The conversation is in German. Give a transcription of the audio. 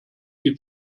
die